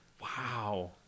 wow